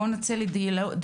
בואו נצא לדיאלוג,